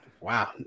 wow